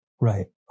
Right